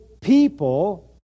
people